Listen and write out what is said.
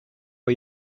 are